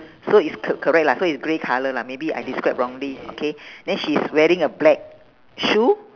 so it's c~ correct lah so it's grey colour lah maybe I describe wrongly okay then she's wearing a black shoe